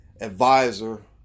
advisor